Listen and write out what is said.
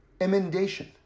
emendation